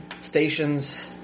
stations